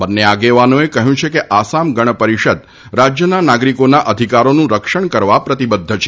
બન્ને આગેવાનોએ કહ્યું છે કે આસામ ગણપરિષદ રાજ્યના નાગરિકોના અધિકારોનું રક્ષણ કરવા પ્રતિબદ્ધ છે